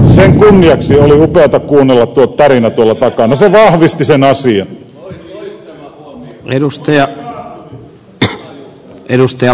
sen kunniaksi oli upeata kuunnella tuo tärinä tuolla takana se vahvisti sen asian